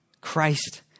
Christ